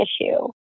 issue